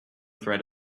threat